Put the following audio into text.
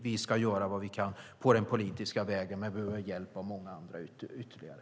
Vi ska göra vad vi kan på den politiska vägen, men vi behöver hjälp av många andra ytterligare.